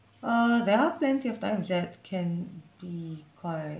uh there are plenty of times that can be quite